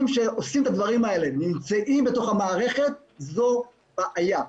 שעושים את הדברים האלה נמצאים בתוך המערכת זו בעיה.